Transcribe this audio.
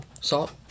Salt